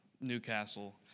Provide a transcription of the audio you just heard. Newcastle